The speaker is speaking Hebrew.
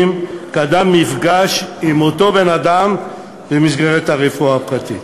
קדם מפגש עם אותו רופא במסגרת הרפואה הציבורית.